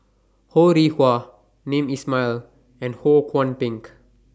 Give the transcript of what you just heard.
Ho Rih Hwa Hamed Ismail and Ho Kwon Ping